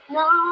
no